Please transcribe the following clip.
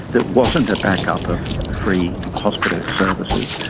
there wasn't a backup of free hospital services.